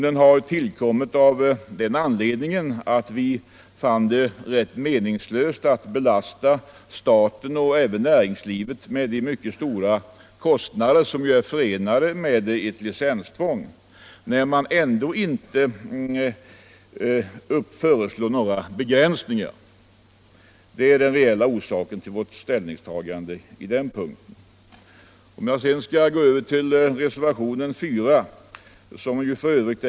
Den har tillkommit av den anledningen att vi fann det rätt meningslöst att belasta staten, och även näringslivet, med de mycket stora kostnader som är förenade med ett licenstvång när man ändå inte föreslår några begränsningar. Det är den reella orsaken till vårt ställningstagande på den punkten. Låt mig sedan gå över till reservationen 4, i vilken f.ö.